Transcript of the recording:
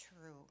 true